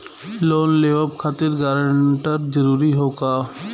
Loan लेवब खातिर guarantor जरूरी हाउ का?